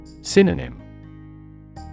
Synonym